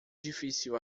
difícil